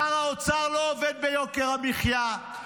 שר האוצר לא עובד ביוקר המחיה,